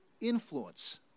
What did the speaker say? influence